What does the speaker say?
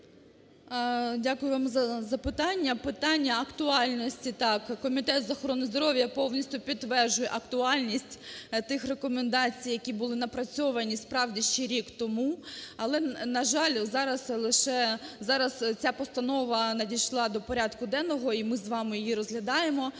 Дякую вам за запитання. Питання актуальності. Так, Комітет з охорони здоров'я повністю підтверджує актуальність тих рекомендацій, які були напрацьовані справді ще рік тому. Але, на жаль, зараз лише… зараз ця постанова надійшла до порядку денного, і ми з вами її розглядаємо.